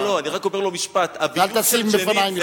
לא, לא, אני רק אומר לו משפט, אל תשים בפני מכשול.